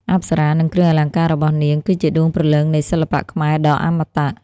អប្សរា និងគ្រឿងអលង្ការរបស់នាង គឺជាដួងព្រលឹងនៃសិល្បៈខ្មែរដ៏អមតៈ។